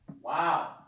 Wow